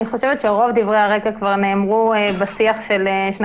אני חושבת שרוב דברי הרקע כבר נאמרו בשיח של שני